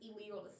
illegal